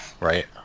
right